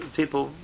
people